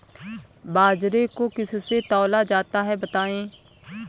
बाजरे को किससे तौला जाता है बताएँ?